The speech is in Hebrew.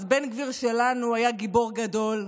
בן גביר שלנו היה גיבור גדול,